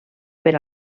per